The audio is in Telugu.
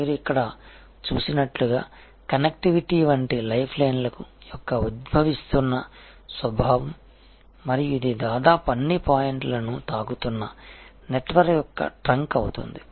మీరు ఇక్కడ చూసినట్లుగా కనెక్టివిటీ వంటి లైఫ్లైన్ల యొక్క ఉద్భవిస్తున్న స్వభావం మరియు ఇది దాదాపు అన్ని పాయింట్లను తాకుతున్న నెట్వర్క్ యొక్క ట్రంక్ అవుతుంది